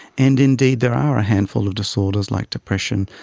and indeed there are a handful of disorders, like depression,